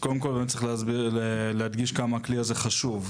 אז קודם כל צריך להדגיש כמה הכלי הזה חשוב.